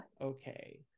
Okay